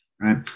right